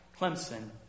Clemson